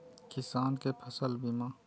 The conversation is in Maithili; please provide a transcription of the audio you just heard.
किसान कै फसल बीमा?